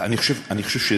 אני חושב,